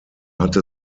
hatte